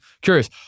Curious